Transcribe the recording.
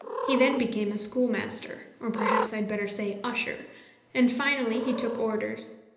he then became a schoolmaster or perhaps i had better say usher and finally he took orders.